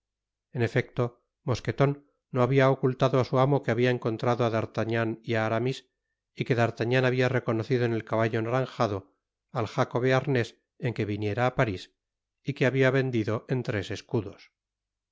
en efecto mosqueton no habia ocultado á su amo que habia encontrado á d'artagnan y á aramis y que d'artagnan habia reconocido en el caballo naranjado al jaco bearnés en que viniera á paris y que habia vendido en tres escudos